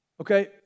okay